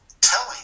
telling